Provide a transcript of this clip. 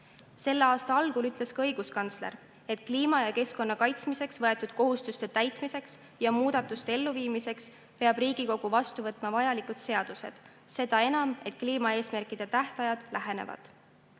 Selle aasta algul ütles ka õiguskantsler, et kliima ja keskkonna kaitsmiseks võetud kohustuste täitmiseks ja muudatuste elluviimiseks peab Riigikogu vastu võtma vajalikud seadused. Seda enam, et kliimaeesmärkide tähtajad lähenevad.